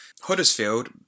Huddersfield